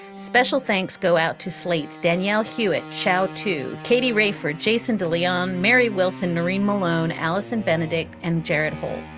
special thanks. go out to slate's danielle hewitt. ciao to katie raeford, jason de leon, mary wilson, noreen malone, alison benedek and jared hope.